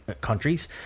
countries